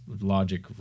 logic